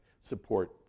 support